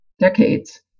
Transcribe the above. decades